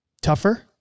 tougher